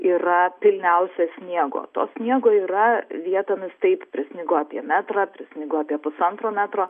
yra pilniausia sniego to sniego yra vietomis taip prisnigo apie metrą prisnigo apie pusantro metro